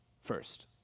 first